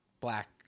Black